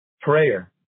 prayer